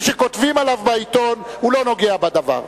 מי שכותבים עליו בעיתון הוא לא נוגע בדבר.